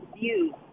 view